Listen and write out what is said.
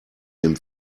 dem